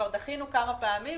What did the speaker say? דחינו כמה פעמים,